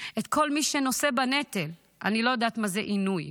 את כל מי שנושא בנטל, אני לא יודעת מה זה עינוי.